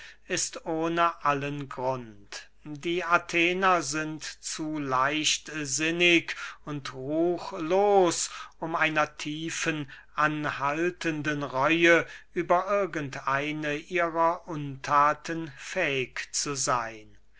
ist ohne allen grund die athener sind zu leichtsinnig und ruchlos um einer tiefen anhaltenden reue über irgend eine ihrer unthaten fähig zu seyn